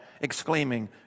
exclaiming